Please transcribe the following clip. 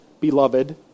beloved